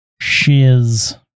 Shiz